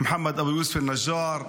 מוחמד יוסוף אל-נג'אר,